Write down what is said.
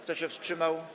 Kto się wstrzymał?